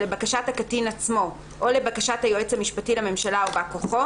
לבקשת הקטין עצמו או לבקשת היועץ המשפטי לממשלה או בא כוחו,